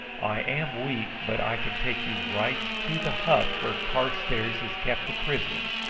i am weak, but i can take you right to the hut where carstairs is kept a prisoner.